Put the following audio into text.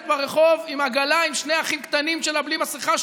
ברחוב עם עגלה עם שני אחים קטנים שלה בלי מסכה,